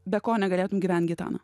be ko negalėtum gyvent gitana